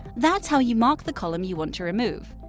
that's how you mark the column you want to remove.